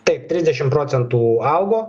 taip trisdešim procentų augo